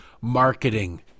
marketing